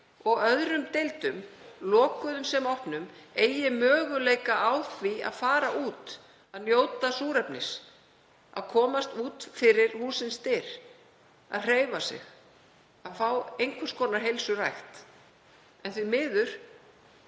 og öðrum deildum, lokuðum sem opnum, eigi möguleika á því að fara út, að njóta súrefnis, að komast út fyrir hússins dyr, að hreyfa sig, að fá einhvers konar heilsurækt. En því miður